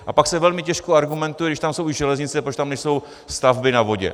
A pak se velmi těžko argumentuje, když tam jsou i železnice, proč tam nejsou stavby na vodě.